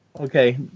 Okay